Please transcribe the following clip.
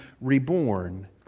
reborn